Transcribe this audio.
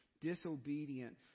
disobedient